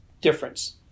difference